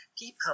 People